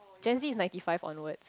gen z is ninety five onwards